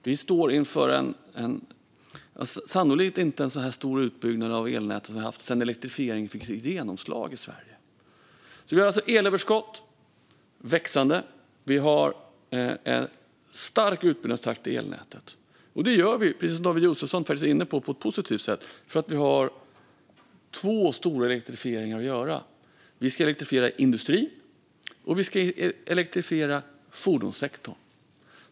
Vi har sannolikt inte haft en sådan här stor utbyggnad av elnätet sedan elektrifieringen fick sitt genomslag i Sverige. Vi har ett växande elöverskott och en stark utbyggnadstakt i elnätet. Precis som David Josefsson var inne på gör vi detta på ett positivt sätt för att vi har två stora elektrifieringar att göra. Vi ska elektrifiera industrin och fordonssektorn.